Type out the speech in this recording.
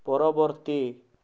ପରବର୍ତ୍ତୀ